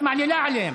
את מעלילה עליהם.